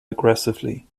aggressively